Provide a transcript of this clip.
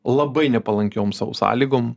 labai nepalankiom sau sąlygom